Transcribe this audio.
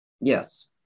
Yes